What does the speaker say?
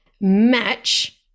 match